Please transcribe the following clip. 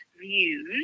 views